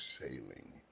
sailing